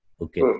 Okay